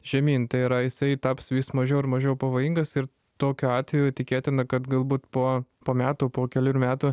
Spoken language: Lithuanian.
žemyn tai yra jisai taps vis mažiau ir mažiau pavojingas ir tokiu atveju tikėtina kad galbūt po po metų po kelerių metų